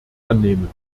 annehmen